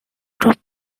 drop